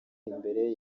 imbere